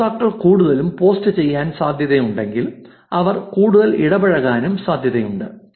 ഉപയോക്താക്കൾ കൂടുതൽ പോസ്റ്റുചെയ്യാൻ സാധ്യതയുണ്ടെങ്കിൽ അവർ കൂടുതൽ ഇടപഴകാനും സാധ്യതയുണ്ട്